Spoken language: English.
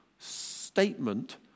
statement